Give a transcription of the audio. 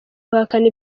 guhakana